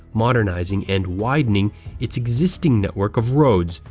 modernizing, and widening its existing network of roads,